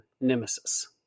nemesis